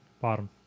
Bottom